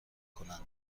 کنند